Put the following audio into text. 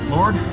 Lord